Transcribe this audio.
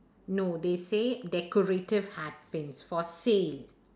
no they say decorative hat pins for sale